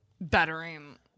bettering